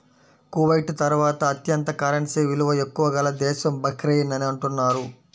Kuwait తర్వాత అత్యంత currency విలువ ఎక్కువ గల దేశం బహ్రెయిన్ అని అంటున్నారు